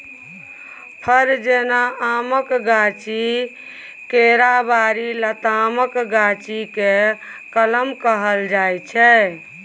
फर जेना आमक गाछी, केराबारी, लतामक गाछी केँ कलम कहल जाइ छै